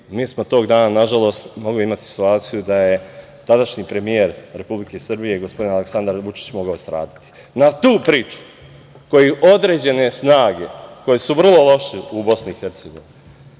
mi smo tog dana, nažalost mogli imati situaciju, da je tadašnji premijer Republike Srbije, gospodin Aleksandar Vučić, mogao stradati. Na tu priču, koju određene snage, koje su vrlo loše u BiH,